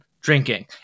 drinking